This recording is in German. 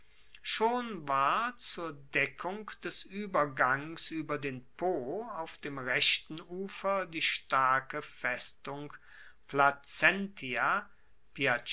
schon war zur deckung des uebergangs ueber den po auf dem rechten ufer die starke festung placentia